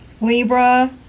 Libra